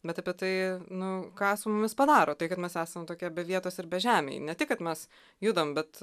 bet apie tai nu ką su mumis padaro tai kad mes esam tokie be vietos ir bežemiai ne tik kad mes judam bet